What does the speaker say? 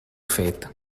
fet